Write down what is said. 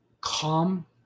calm